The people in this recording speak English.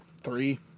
three